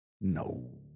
No